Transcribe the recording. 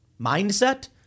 mindset